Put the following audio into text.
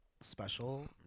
special